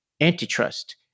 antitrust